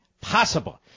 possible